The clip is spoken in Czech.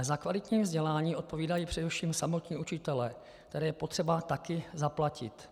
Za kvalitní vzdělání odpovídají především samotní učitelé, které je potřeba také zaplatit.